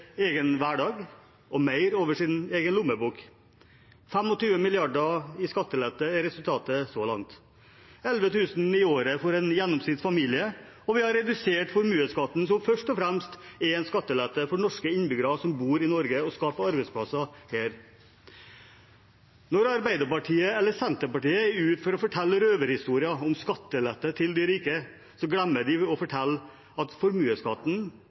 hverdag og mer over sin egen lommebok. 25 mrd. kr i skattelette er resultatet så langt – 11 000 kr for en gjennomsnittsfamilie – og vi har redusert formuesskatten, som først og fremst er en skattelette for norske innbyggere som bor i Norge og skaper arbeidsplasser her. Når Arbeiderpartiet eller Senterpartiet er ute for å fortelle røverhistorier om skattelette til de rike, glemmer de å fortelle at formuesskatten